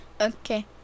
okay